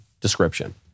description